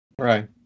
Right